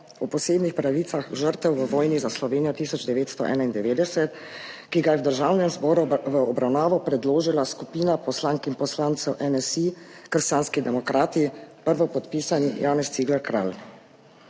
o posebnih pravicah žrtev v vojni za Slovenijo 1991, ki ga je Državnemu zboru v obravnavo predložila skupina poslank in poslancev NSi – krščanski demokrati, prvopodpisani Janez Cigler Kralj.